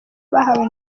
bahawe